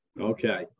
Okay